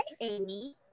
Amy